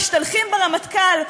משתלחים ברמטכ"ל,